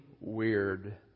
weird